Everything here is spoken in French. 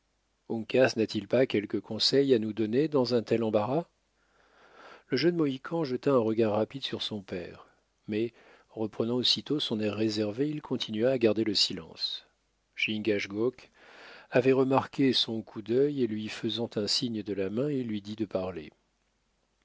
d'attention uncas n'a-t-il pas quelque conseil à nous donner dans un tel embarras le jeune mohican jeta un regard rapide sur son père mais reprenant aussitôt son air réservé il continua à garder le silence chingachgook avait remarqué son coup d'œil et lui faisant un signe de la main il lui dit de parler